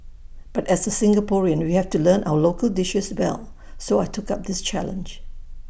but as A Singaporean we have to learn our local dishes well so I took up this challenge